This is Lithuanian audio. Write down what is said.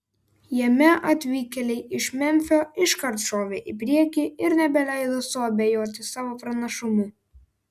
jame atvykėliai iš memfio iškart šovė į priekį ir nebeleido suabejoti savo pranašumu